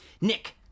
Nick